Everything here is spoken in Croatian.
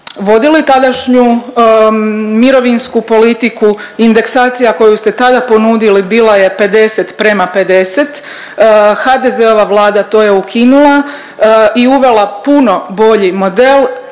vodili tadašnju mirovinsku politiku indeksacija koju ste tada ponudili bila je 50 prema 50, HDZ-ova Vlada to je ukinula i uvela puno bolji model